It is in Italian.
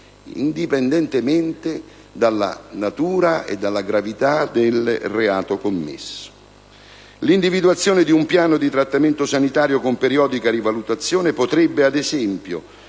indipendentemente dalla natura e dalla gravità del reato commesso. L'individuazione di un piano di trattamento sanitario con periodica rivalutazione potrebbe, ad esempio,